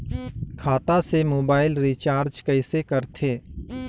खाता से mobile recharge कइसे करथे